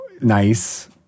nice